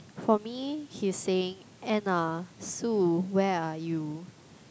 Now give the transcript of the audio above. for me he's saying Anne ah Sue where are you